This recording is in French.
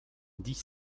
dix